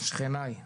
שכניי.